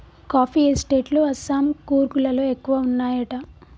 coffee estate లు అస్సాం, కూర్గ్ లలో ఎక్కువ వున్నాయట